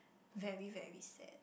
very very sad